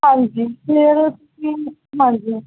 ਹਾਂਜੀ ਫੇਰ ਤੁਸੀਂ ਹਾਂਜੀ